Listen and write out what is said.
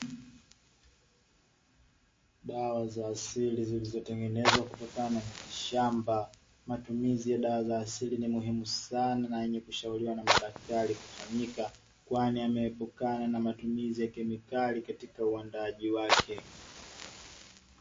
Dawa za asili zilizotengenezwa kutokana na mitishamba. Matumizi ya dawa za asili ni muhimu sana na yenye kushauriwa na madaktari kufanyika kwani yameepukana na matumizi ya kemikali katika uandaaji wake.